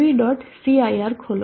cir ખોલો